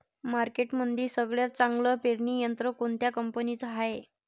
मार्केटमंदी सगळ्यात चांगलं पेरणी यंत्र कोनत्या कंपनीचं हाये?